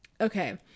Okay